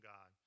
God